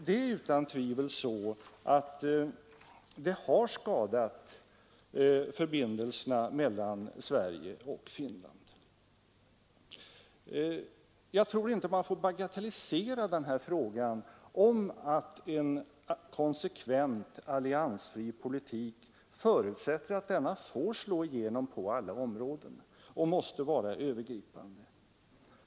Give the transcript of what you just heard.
Det är utan tvivel så att det har skadat förbindelserna mellan Sverige och Finland. Jag tror inte att man får bagatellisera den här frågan — en konsekvent alliansfri politik förutsätter att den får slå igenom på alla områden och måste vara övergripande.